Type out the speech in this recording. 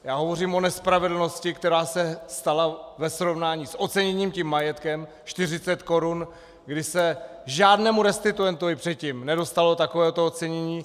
Já hovořím o nespravedlnosti, která se stala ve srovnání s oceněním majetku 40 korun, kdy se žádnému restituentovi předtím nedostalo takovéhoto ocenění.